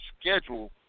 schedule